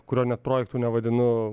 kurio net projektu nevadinu